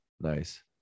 nice